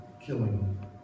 killing